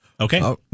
Okay